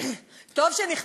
טוב שנכנסת.